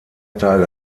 tage